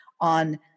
on